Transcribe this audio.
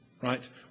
Right